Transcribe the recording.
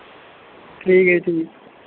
ਠੀਕ ਹੈ ਜੀ ਠੀਕ